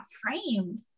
framed